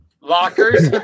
Lockers